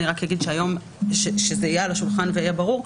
וכדי שזה יהיה על השולחן ויהיה ברור,